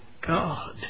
God